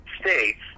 states